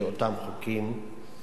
באותם חוקים,